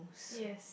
yes